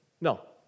No